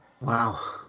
Wow